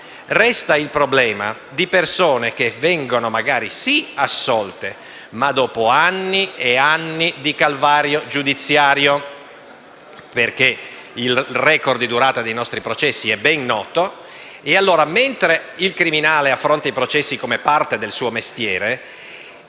resta il problema di persone che vengono assolte, sì, ma solo dopo anni di calvario giudiziario. Il *record* di durata dei nostri processi è ben noto. Mentre il criminale affronta i processi come parte del suo mestiere,